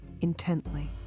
Intently